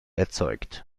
erzeugt